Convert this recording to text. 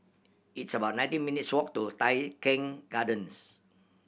it's about nineteen minutes' walk to Tai Keng Gardens